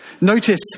Notice